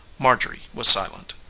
marjorie was silent.